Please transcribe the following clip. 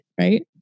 Right